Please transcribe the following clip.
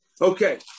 Okay